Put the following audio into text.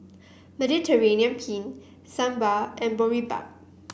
Mediterranean Penne Sambar and Boribap